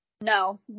No